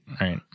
right